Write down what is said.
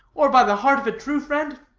or by the heart of a true friend,